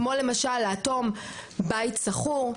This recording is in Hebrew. כמו למש לאטום בית שכור,